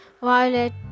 Violet